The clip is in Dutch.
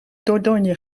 dordogne